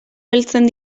heltzen